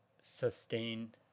sustain